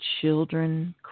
children